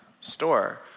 store